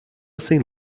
sem